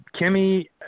Kimmy